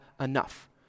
enough